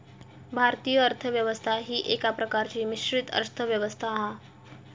भारतीय अर्थ व्यवस्था ही एका प्रकारची मिश्रित अर्थ व्यवस्था हा